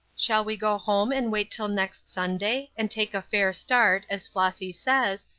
shall we go home and wait till next sunday, and take a fair start, as flossy says,